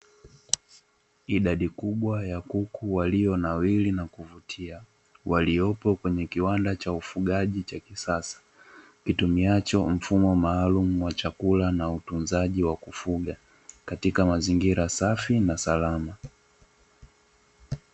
Idadi kubwa ya kuku walionawiri na kuvutia, waliopo kwenye kiwanda cha ufugaji cha kisasa, kitumiacho mfumo maalumu wa chakula na utunzaji wa kufuga, katika mazingira safi na salama.